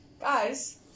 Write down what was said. guys